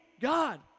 God